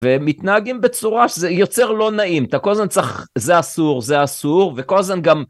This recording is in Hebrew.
ומתנהגים בצורה שזה יוצר לא נעים, אתה כל הזמן צריך, זה אסור, זה אסור, וכל הזמן גם...